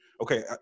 okay